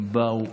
הם באו,